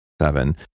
seven